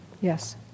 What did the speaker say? Yes